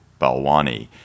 Balwani